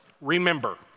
remember